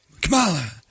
Kamala